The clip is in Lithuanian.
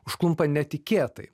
užklumpa netikėtai